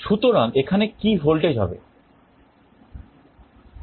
সুতরাং এখানে কি ভোল্টেজ হবে